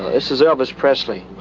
this is elvis presley.